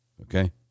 Okay